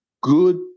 good